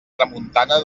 tramuntana